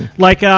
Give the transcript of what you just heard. like, ah,